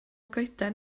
goeden